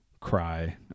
cry